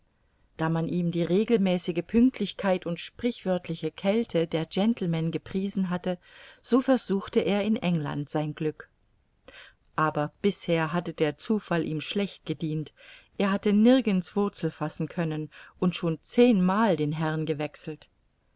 da man ihm die regelmäßige pünktlichkeit und sprichwörtliche kälte der gentlemen gepriesen hatte so versuchte er in england sein glück aber bisher hatte der zufall ihm schlecht gedient er hatte nirgends wurzel fassen können und schon zehnmal den herrn gewechselt